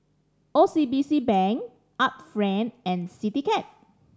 O C B C Bank Art Friend and Citycab